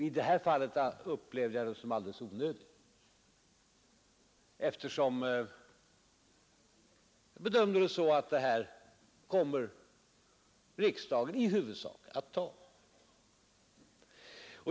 I det här fallet upplevde jag det som alldeles onödigt, eftersom jag bedömde det så att riksdagen i huvudsak skulle komma att ta vårt förslag.